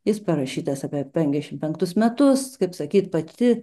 jis parašytas apie penkiasdešimt penktus metus kaip sakyt pati